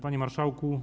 Panie Marszałku!